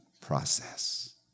process